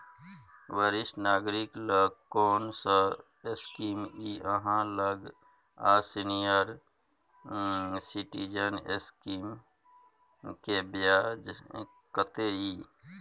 वरिष्ठ नागरिक ल कोन सब स्कीम इ आहाँ लग आ सीनियर सिटीजन स्कीम के ब्याज कत्ते इ?